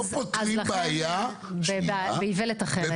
לא פותרים בעיה --- באיוולת אחרת.